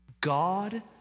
God